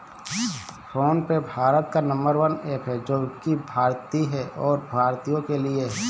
phone पे भारत का number one app है जो की भारतीय है और भारतीयों के लिए है